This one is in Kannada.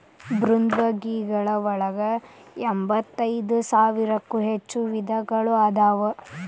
ಮೃದ್ವಂಗಿಗಳ ಒಳಗ ಎಂಬತ್ತೈದ ಸಾವಿರಕ್ಕೂ ಹೆಚ್ಚ ವಿಧಗಳು ಅದಾವ